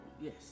Yes